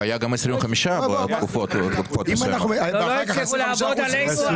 היה גם 25%. --- לא הצליחו לעבוד עלינו,